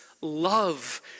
love